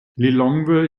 lilongwe